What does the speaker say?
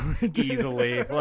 easily